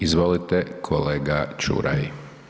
Izvolite kolega Čuraj.